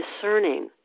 discerning